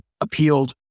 appealed